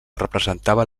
representava